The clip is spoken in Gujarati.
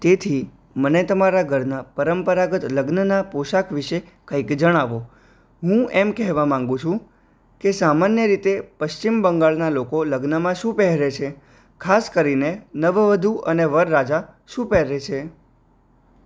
તેથી મને તમારા ઘરનાં પરંપરાગત લગ્નનાં પોશાક વિશે કંઈક જણાવો હું એમ કહેવા માગું છું કે સામાન્ય રીતે પશ્ચિમ બંગાળનાં લોકો લગ્નમાં શું પહેરે છે ખાસ કરીને નવવધુ અને વરરાજા શું પહેરે છે